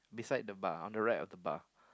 beside the bar on the right of the bar